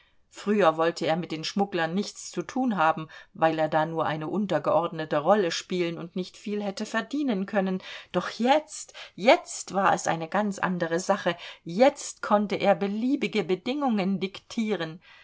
früher wollte er mit den schmugglern nichts zu tun haben weil er da nur eine untergeordnete rolle spielen und nicht viel hätte verdienen können doch jetzt jetzt war es eine ganz andere sache jetzt konnte er beliebige bedingungen diktieren